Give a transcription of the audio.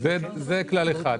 זה כלל אחד.